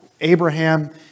Abraham